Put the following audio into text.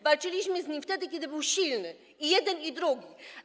Walczyliśmy z nimi wtedy, kiedy byli silny, i jeden, i drugi.